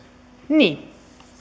niin